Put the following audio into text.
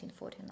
1949